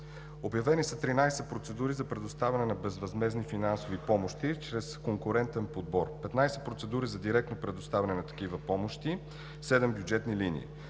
Обявени са 13 процедури за предоставяне на безвъзмездни финансови помощи чрез конкурентен подбор, 15 процедури за директно предоставяне на такива помощи, 7 бюджетни линии.